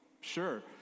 Sure